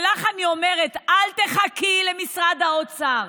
ולך אני אומרת, אל תחכי למשרד האוצר.